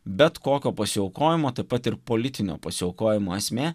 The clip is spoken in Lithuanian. bet kokio pasiaukojimo taip pat ir politinio pasiaukojimo esmė